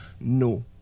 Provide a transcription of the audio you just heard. no